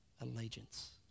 allegiance